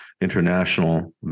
international